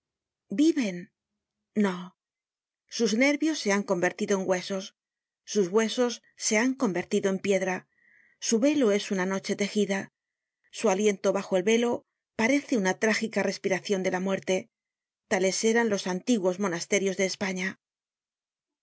viven no sus nervios se han convertido en huesos sus huesos se han convertido en piedra su velo es una noche tejida su aliento bajo el velo parece una trágica respiracion de la muerte tales eran los antiguos monasterios de españa